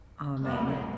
amen